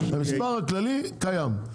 המספר הכללי קיים,